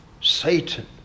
Satan